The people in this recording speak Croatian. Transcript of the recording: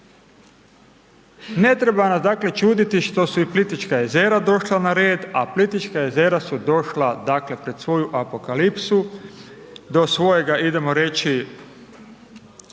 Ne treba nas dakle čuditi što su i Plitvička jezera došla na red, a Plitvička jezera su došla dakle pred svoju apokalipsu do svojega idemo reći,